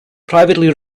privately